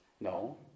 No